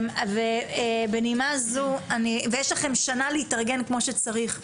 ויש לכם שנה להתארגן כמו שצריך,